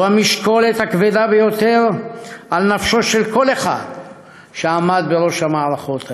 זו המשקולת הכבדה ביותר על נפשו של כל אחד שעמד בראש המערכות האלה.